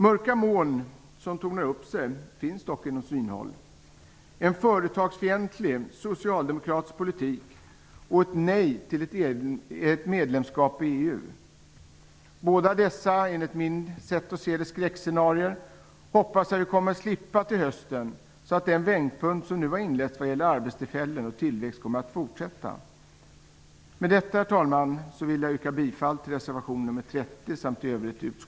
Mörka moln som tornar upp sig finns dock inom synhåll: en företagsfientlig socialdemokratisk politik och ett nej till ett medlemskap i EU. Enligt mitt sätt att se är detta två skräckscenarion, och jag hoppas att vi kommer att slippa se dem till hösten, så att den vändning i utvecklingen som nu inletts vad gäller arbetstillfällen och tillväxt kommer att fortsätta. Herr talman! Med detta vill jag yrka bifall till res.